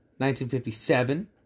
1957